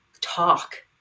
talk